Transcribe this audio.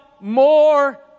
more